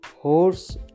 Horse